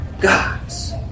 God's